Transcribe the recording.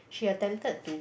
she attempted to